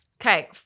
Okay